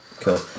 cool